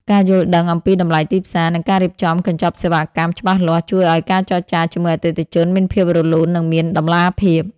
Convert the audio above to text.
ការយល់ដឹងអំពីតម្លៃទីផ្សារ និងការរៀបចំកញ្ចប់សេវាកម្ម ច្បាស់លាស់ ជួយឱ្យការចរចាជាមួយអតិថិជនមានភាពរលូន និងមានតម្លាភាព។